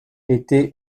été